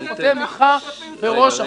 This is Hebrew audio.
שחותם לך בראש החוק.